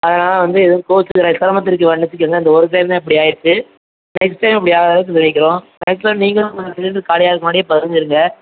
அதனால் வந்து எதுவும் கோச்சுக்கிறா சிரமத்திற்கு மன்னிச்சுக்கோங்க இந்த ஒரு டைம் தான் இப்படி ஆயிருச்சு நெக்ஸ்ட் டைம் இப்படி ஆகாதுன்னு தெரிவிக்கிறோம் மேக்ஸிமம் நீங்களும் உங்கள் சிலிண்டரு காலி ஆகுறத்துக்கு முன்னாடியே பதிஞ்சுருங்க